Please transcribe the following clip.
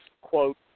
quote